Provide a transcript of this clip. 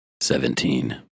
Seventeen